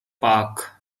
park